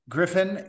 Griffin